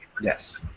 Yes